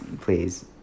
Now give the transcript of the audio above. please